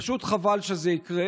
פשוט חבל שזה יקרה.